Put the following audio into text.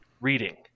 reading